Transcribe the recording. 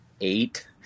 eight